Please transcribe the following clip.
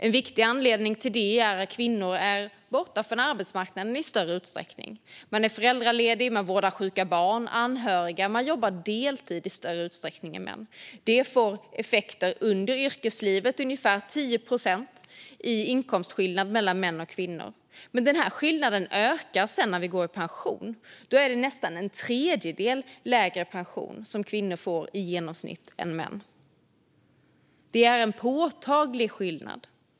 En viktig anledning är att kvinnor är borta från arbetsmarknaden i större utsträckning. De är föräldralediga, vårdar sjuka barn och anhöriga och jobbar deltid i större utsträckning än män. Det får effekter under yrkeslivet, i ungefär 10 procents inkomstskillnad mellan män och kvinnor. Denna skillnad ökar sedan när vi går i pension. Då får kvinnor nästan en tredjedel lägre pension i genomsnitt än män. Det är en påtaglig skillnad.